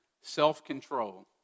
self-control